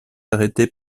arrêté